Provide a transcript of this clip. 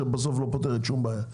ובסוף זה לא פותר שום בעיה.